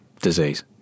disease